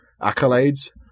accolades